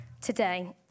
today